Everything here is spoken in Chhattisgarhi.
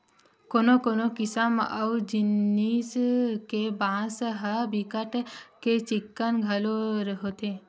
कोनो कोनो किसम अऊ जिनिस के बांस ह बिकट के चिक्कन घलोक होथे